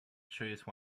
choose